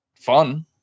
fun